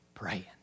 praying